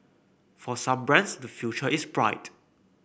for some brands the future is bright